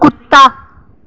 कुत्ता